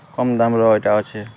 କମ୍ ଦାମ୍ର ଇଟା ଅଛେ